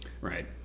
Right